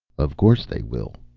of course they will,